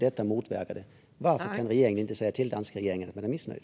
Detta motverkar det. Varför kan regeringen inte säga till den danska regeringen att man är missnöjd?